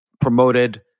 promoted